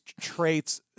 traits